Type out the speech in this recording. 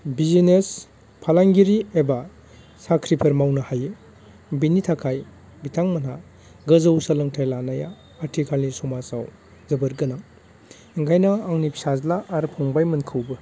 business फालांगिरि एबा साख्रिफोर मावनो हायो बिनि थाखाय बिथांमोनहा गोजौ सोलोंथाइ लानाया आथिखालनि समाजाव जोबोर गोनां ओंखायनो आंनि फिसाज्ला आरो फंबायमोनखौबो